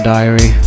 diary